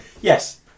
Yes